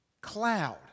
cloud